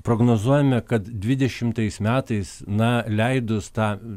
prognozuojame kad dvidešimtaisiais metais na leidus tą